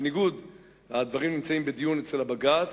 הדברים נמצאים בדיון בבג"ץ,